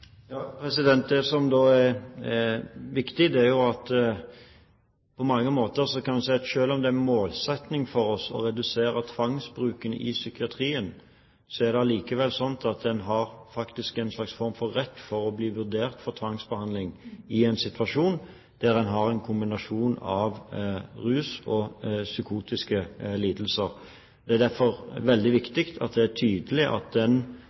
om det er en målsetting for oss å redusere bruken av tvang i psykiatrien, er det likevel slik at man faktisk har en slags rett til å bli vurdert for tvangsbehandling i en situasjon med en kombinasjon av rus og psykotiske lidelser. Det er derfor veldig viktig at det er tydelig at retten til å bli vurdert for tvang ikke blir undergravd ved at man henvises videre f.eks. til behandlingstilbud for rus, som ikke har den